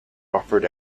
offered